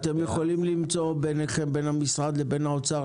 אתם יכולים למצוא בין המשרד לבין האוצר